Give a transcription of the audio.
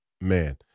man